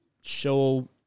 show